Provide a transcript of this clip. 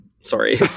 sorry